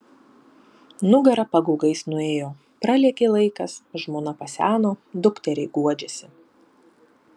nugara pagaugais nuėjo pralėkė laikas žmona paseno dukteriai guodžiasi